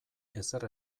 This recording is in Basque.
ezer